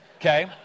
Okay